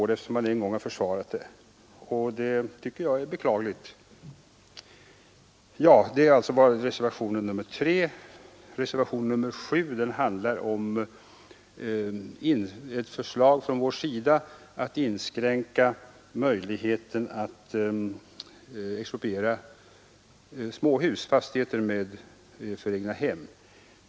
Eftersom man en gång försvarat saken går det inte att rubba på den, vilket jag tycker är beklagligt. Reservationen 7 rör ett förslag från vår sida att inskränka möjligheten att expropriera fastigheter för egnahem.